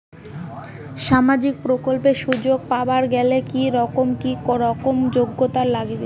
সামাজিক প্রকল্পের সুযোগ পাবার গেলে কি রকম কি রকম যোগ্যতা লাগিবে?